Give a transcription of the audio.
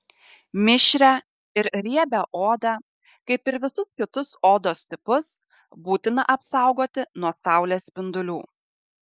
mišrią ir riebią odą kaip ir visus kitus odos tipus būtina apsaugoti nuo saulės spindulių